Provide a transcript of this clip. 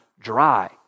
dry